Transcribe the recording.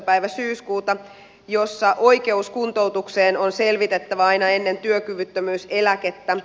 päivä syyskuuta jossa oikeus kuntoutukseen on selvitettävä aina ennen työkyvyttömyyseläkettä